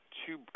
two